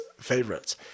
favorites